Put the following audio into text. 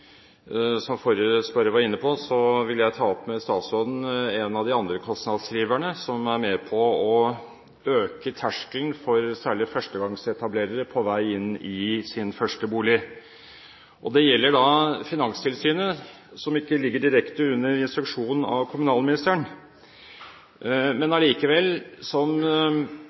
som er med på å øke terskelen særlig for førstegangsetablerere på vei inn i sin første bolig. Det gjelder da Finanstilsynet, som ikke ligger direkte under instruksjon av kommunalministeren,